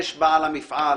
יש בעל המפעל.